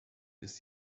bis